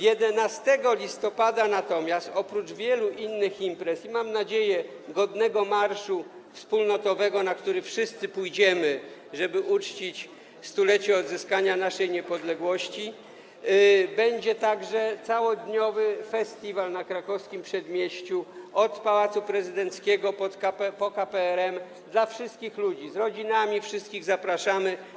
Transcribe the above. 11 listopada natomiast, oprócz wielu innych imprez i, mam nadzieję, godnego marszu wspólnotowego, na który wszyscy pójdziemy, żeby uczcić 100-lecie odzyskania naszej niepodległości, będzie także całodniowy festiwal na Krakowskim Przedmieściu, od Pałacu Prezydenckiego po KPRM, dla wszystkich ludzi, z rodzinami, wszystkich zapraszamy.